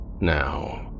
Now